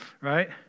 right